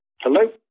Hello